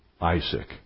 Isaac